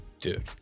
Dude